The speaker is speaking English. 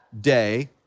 day